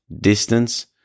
distance